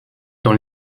dans